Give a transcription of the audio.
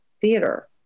theater